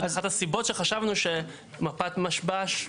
זו אחת הסיבות שחשבנו שמפת משב"ש,